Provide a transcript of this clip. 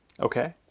okay